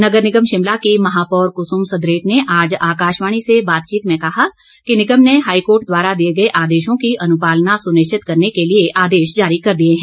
नगर निगम शिमला की महापौर कुसुम सदरेट ने आज आकाशवाणी से बातचीत में कहा कि निगम ने हाईकोर्ट द्वारा दिए गए आदेशों की अनुपालना सुनिश्चित करने के लिए आदेश जारी कर दिए हैं